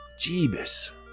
Jeebus